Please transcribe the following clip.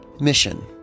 mission